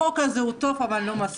החוק הזה הוא טוב אבל לא מספיק.